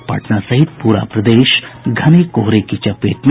और पटना सहित पूरा प्रदेश घने कोहरे की चपेट में